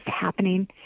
happening